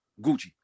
Gucci